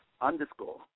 underscore